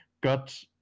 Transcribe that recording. got